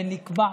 ונקבע